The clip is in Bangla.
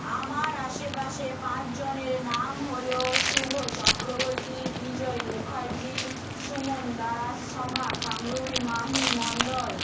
আমার আশেপাশে পাঁচজনের নাম হলো শুভ চক্রবতী বিজয় মুখার্জী সুমন দাস সোমা খামরুই মাহি মন্ডল